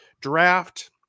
draft